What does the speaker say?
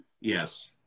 Yes